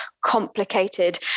complicated